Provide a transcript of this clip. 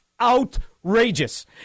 Outrageous